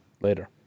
Later